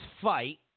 fight